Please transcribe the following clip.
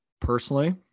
personally